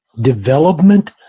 development